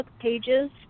pages